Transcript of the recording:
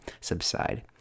subside